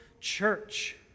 church